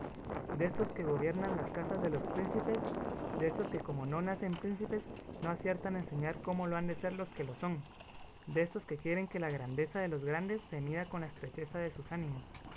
eclesiástico destos que gobiernan las casas de los príncipes destos que como no nacen príncipes no aciertan a enseñar cómo lo han de ser los que lo son destos que quieren que la grandeza de los grandes se mida con la estrecheza de sus ánimos